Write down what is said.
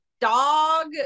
dog